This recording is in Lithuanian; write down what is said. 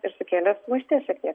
ir sukėlė sumaišties šiek tiek